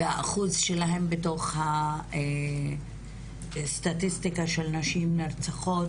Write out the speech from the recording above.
והאחוז שלהן בתוך הסטטיסטיקה של נשים נרצחות